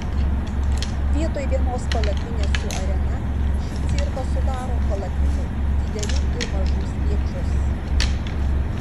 vietoj vienos palapinės su arena šį cirką sudaro palapinių didelių ir mažų spiečius